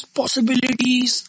possibilities